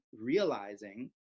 realizing